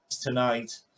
tonight